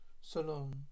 Salon